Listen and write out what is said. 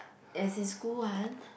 as in school one